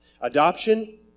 adoption